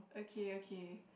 okay okay